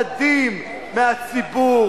אתם מפחדים מהציבור,